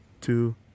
two